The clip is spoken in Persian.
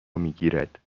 میگیرد